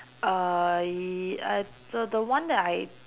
uh ya I the the one that I